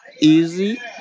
Easy